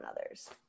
others